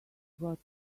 got